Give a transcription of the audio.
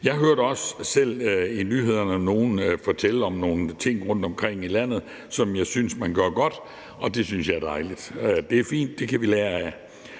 Jeg hørte også selv i nyhederne nogen fortælle om nogle ting rundtomkring i landet, som jeg synes man gør godt, og det synes jeg er dejligt; det er fint, og det kan vi lære af.